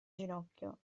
ginocchio